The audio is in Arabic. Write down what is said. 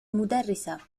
مدرسة